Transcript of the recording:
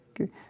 okay